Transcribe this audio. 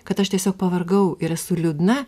kad aš tiesiog pavargau ir esu liūdna